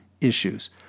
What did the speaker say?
issues